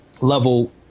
level